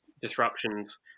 disruptions